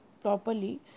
properly